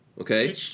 okay